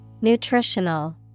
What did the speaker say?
Nutritional